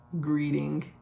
greeting